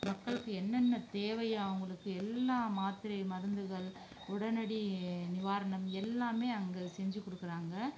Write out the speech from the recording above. மக்களுக்கு என்னென்ன தேவையோ அவங்களுக்கு எல்லா மாத்திரை மருந்துகள் உடனடி நிவாரணம் எல்லாமே அங்கே செஞ்சிக் கொடுக்குறாங்க